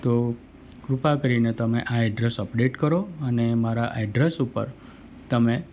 તો કૃપા કરીને તમે આ એડ્રેસ અપડેટ કરો અને એ મારા એડ્રેસ ઉપર તમે